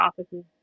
office's